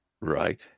right